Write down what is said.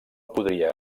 podria